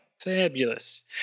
Fabulous